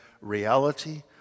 reality